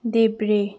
देब्रे